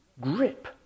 grip